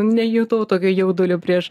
nejutau tokio jaudulio prieš